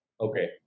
okay